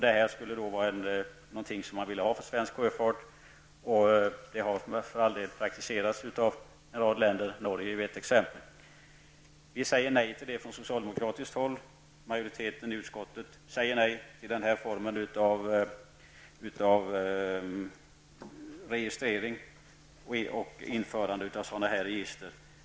Det skulle alltså vara någonting som man ville ha för svensk sjöfart. Det har för all del praktiserats av en rad länder, t.ex. Majoriteten i utskottet säger nej till den här formen av registrering och till införande av ett sådant här register.